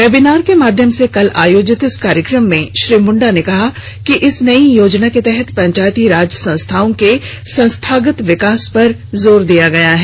webinar के माध्यम से कल आयोजित इस कार्यक्रम में श्री मुंडा ने कहा कि इस नयी योजना के तहत पंचायती राज संस्थाओं के संस्थागत विकास पर जोर दिया गया है